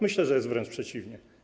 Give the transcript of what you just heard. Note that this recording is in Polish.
Myślę, że jest wręcz przeciwnie.